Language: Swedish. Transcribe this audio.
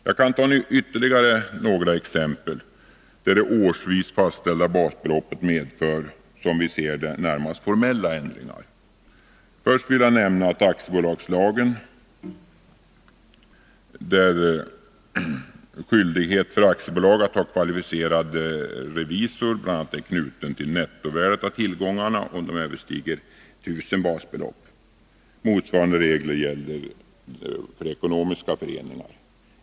Jag skall ta ytterligare några exempel på att det årsvis fastställda basbeloppet medför — som vi ser det — närmast formella ändringar. Först vill jag nämna aktiebolagslagen, där skyldighet för aktiebolag att ha kvalificerad revisor bl.a. är knuten till att nettovärdet av tillgångarna överstiger 1 000 basbelopp. Motsvarande regler gäller för ekonomiska föreningar.